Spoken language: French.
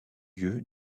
lieu